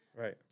Right